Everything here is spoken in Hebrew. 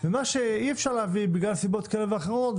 ומה שאי אפשר להביא בגלל סיבות כאלו ואחרות,